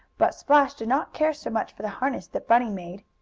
but splash did not care so much for the harness that bunny made.